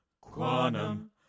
Quantum